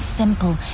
simple